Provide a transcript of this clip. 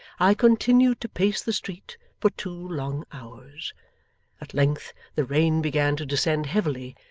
i continued to pace the street for two long hours at length the rain began to descend heavily,